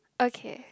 okay